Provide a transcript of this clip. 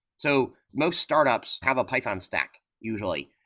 so most startups have a python stack, usually.